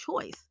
choice